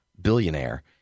billionaire